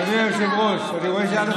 אדוני היושב-ראש, אני רואה, א.